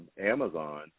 Amazon